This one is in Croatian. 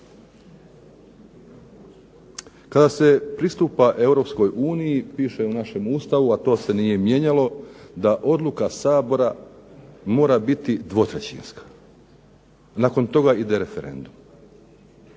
Kada se pristupa Europskoj uniji piše u našem Ustavu a to se nije mijenjalo da odluka Sabora mora biti 2/3, nakon toga ide referendum.